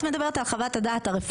את מדברת על חוות הדעת הרפואית.